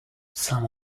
some